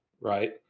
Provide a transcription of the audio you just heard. right